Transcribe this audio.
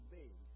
big